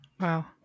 Wow